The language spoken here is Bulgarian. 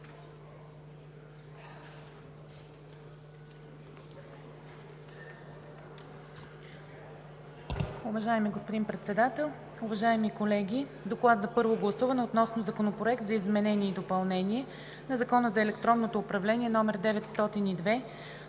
Уважаеми господин Председател, уважаеми колеги! „ДОКЛАД за първо гласуване относно Законопроект за изменение и допълнение на Закона за електронното управление, №